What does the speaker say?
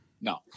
No